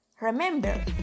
Remember